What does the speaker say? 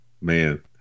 man